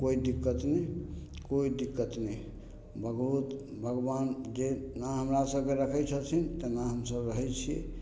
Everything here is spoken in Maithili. कोइ दिक्कत नहि कोइ दिक्कत नहि बहुत भगवान जेना हमरा सबके रखय छथिन तेना हमसब रहय छी